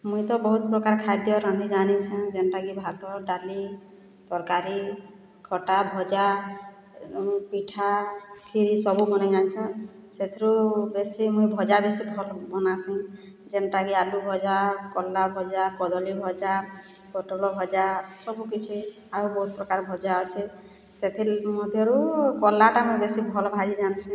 ମୁଇଁ ତ ବହୁତ୍ ପ୍ରକାର୍ ଖାଦ୍ୟ ରାନ୍ଧି ଜାନିଛେଁ ଯେନ୍ଟାକି ଭାତ ଡ଼ାଲି ତର୍କାରୀ ଖଟା ଭଜା ପିଠା ଖିରି ସବୁ ବନେଇ ଜାନିଛେଁ ସେଥିରୁ ବେଶୀ ମୁଁଇ ଭଜା ବେଶୀ ଭଲ୍ ବନାସିଁ ଯେନ୍ଟାକି ଆଲୁ ଭଜା କର୍ଲା ଭଜା କଦଳୀ ଭଜା ପୋଟଳ ଭଜା ସବୁ କିଛି ଆଉ ବହୁତ୍ ପ୍ରକାର୍ ଭଜା ଅଛେ ସେଥି ମଧ୍ୟରୁ କର୍ଲାଟା ମୁଇଁ ବେଶୀ ଭଲ୍ ଭାଜି ଜାନ୍ସିଁ